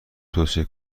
توصیه